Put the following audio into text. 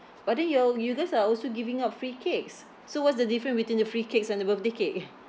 but then you all you guys are also giving out free cakes so what's the difference between the free cakes and the birthday cake